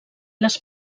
les